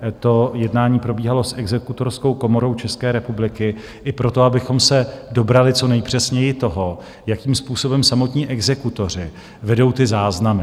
To jednání probíhalo s Exekutorskou komorou České republiky i proto, abychom se dobrali co nejpřesněji toho, jakým způsobem samotní exekutoři vedou ty záznamy.